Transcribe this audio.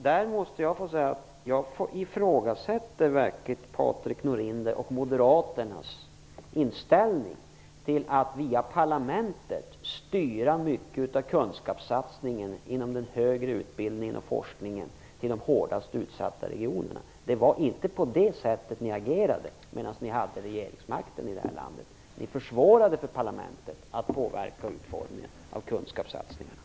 Där ifrågasätter jag verkligen Patrik Norinder och moderaternas inställning till att via parlamentet styra mycket av kunskapssatsningen inom den högre utbildningen och forskningen till de hårdast utsatta regionerna. Det var inte på det sättet ni agerade medan ni hade regeringsmakten i det här landet. Ni försvårade för parlamentet att påverka utformningen av kunskapssatsningarna.